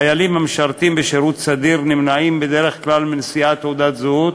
חיילים המשרתים בשירות סדיר נמנעים בדרך כלל מנשיאת תעודת זהות